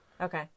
Okay